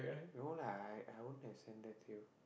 no lah I I won't have send that to you